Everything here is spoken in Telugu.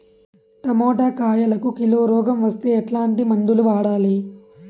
టమోటా కాయలకు కిలో రోగం వస్తే ఎట్లాంటి మందులు వాడాలి?